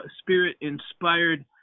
Spirit-inspired